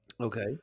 okay